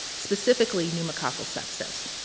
specifically pneumococcal sepsis.